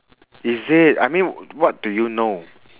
is it I mean what do you know